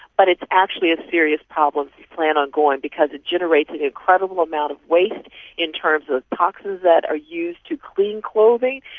but it's actually a serious problem if you plan on going because it generates an incredible amount of waste in terms of toxins that are used to clean clothing,